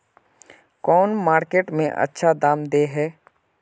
कौन मार्केट में अच्छा दाम दे है?